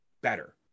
better